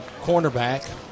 cornerback